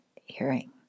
hearing